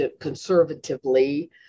conservatively